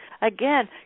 again